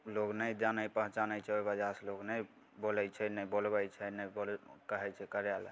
लोक नहि जानै पहचानै छै ओहि वजहसे लोक नहि बोलै छै नहि बोलबै छै नहि ककरो कहै छै करैले